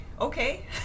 Okay